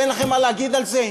אין לכם מה להגיד על זה?